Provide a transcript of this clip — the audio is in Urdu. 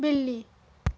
بلی